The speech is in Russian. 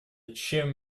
чем